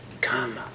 Come